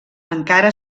encara